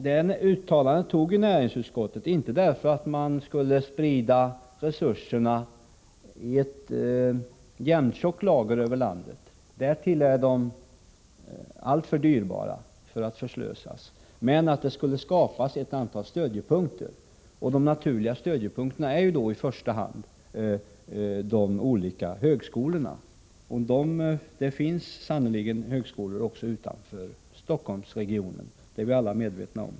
Detta uttalande tog näringsutskottet inte därför att resurserna skulle spridas i ett jämntjockt lager över landet — de är alltför dyrbara för att förslösas på det sättet — utan därför att det skulle skapas ett antal stödjepunkter. De naturliga stödjepunkterna är i första hand de olika högskolorna, och dessa finns sannerligen också utanför Stockholmsregionen — det är vi alla medvetna om.